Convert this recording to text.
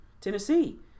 Tennessee –